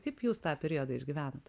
kaip jūs tą periodą išgyvenat